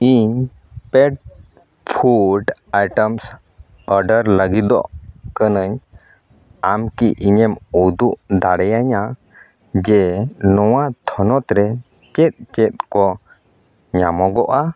ᱤᱧ pet food items order ᱞᱟᱹᱜᱤᱫᱚᱜ ᱠᱟᱹᱱᱟᱹᱧ ᱟᱢᱠᱤ ᱤᱧᱮᱢ ᱩᱫᱩᱜ ᱫᱟᱲᱮᱭᱟᱹᱧᱟᱹ ᱡᱮ ᱱᱚᱣᱟ ᱛᱷᱚᱱᱚᱛ ᱨᱮ ᱪᱮᱫ ᱪᱮᱫ ᱠᱚ ᱧᱟᱢᱚᱜᱼᱟ